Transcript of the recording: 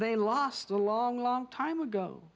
they last a long long time ago